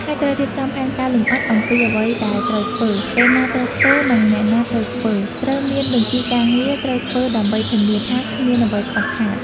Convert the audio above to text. ហើយត្រូវរៀបចំផែនការលម្អិតអំពីអ្វីដែលត្រូវធ្វើ ពេលណាត្រូវធ្វើ និងអ្នកណាត្រូវធ្វើ ត្រូវមានបញ្ជីការងារត្រូវធ្វើដើម្បីធានាថាគ្មានអ្វីខ្វះខាត។